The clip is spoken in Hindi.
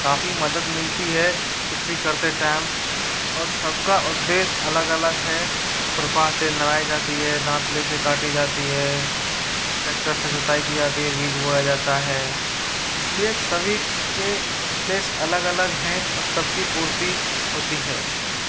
काफ़ी मदद मिलती है कृषि करते टाइम और सबका उद्देश्य अलग अलग है खुरपा से निराई जाती है दांतले से काटी जाती है ट्रैक्टर से जुताई की जाती है बीज बोया जाता है इसलिए सभी के उद्देश्य अलग अलग हैं और सबकी पूर्ति होती है